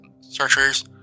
searchers